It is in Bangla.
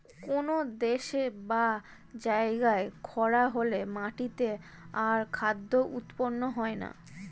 কোন দেশে বা জায়গায় খরা হলে মাটিতে আর খাদ্য উৎপন্ন হয় না